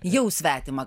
jau svetima